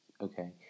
okay